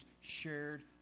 shared